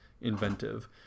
inventive